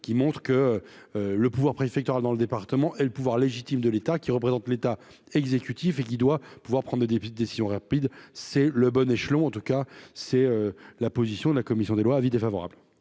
qui montre que le pouvoir préfectoral dans le département et le pouvoir légitime de l'État, qui représente l'État exécutif et qui doit pouvoir prendre des petites décisions rapides, c'est le bon échelon en tout cas c'est la position de la commission des lois, avis défavorable.